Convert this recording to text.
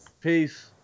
Peace